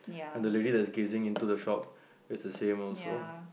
and the lady that's gazing into the shop is the same also